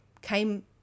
came